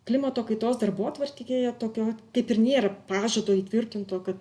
klimato kaitos darbotvarkėje tokio kaip ir nėra pažado įtvirtinto kad